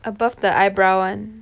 above the eyebrow [one]